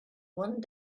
one